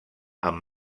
amb